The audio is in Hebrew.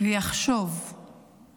ויחשבו